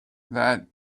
that